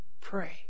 Pray